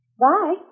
Bye